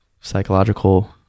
psychological